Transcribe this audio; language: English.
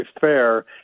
fair